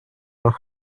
noch